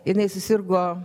jinai susirgo